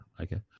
okay